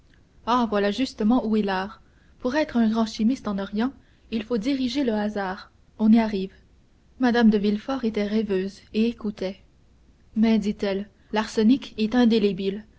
ah voilà justement où est l'art pour être un grand chimiste en orient il faut diriger le hasard on y arrive mme de villefort était rêveuse et écoutait mais dit-elle l'arsenic est